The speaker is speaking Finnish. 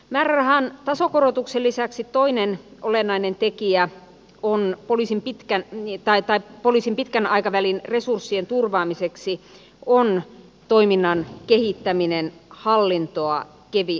määrärahan tasokorotuksen lisäksi toinen olennainen tekijä on poliisin pitkään niin tai tai poliisin pitkän aikavälin resurssien turvaamiseksi on toiminnan kehittäminen hallintoa keventäen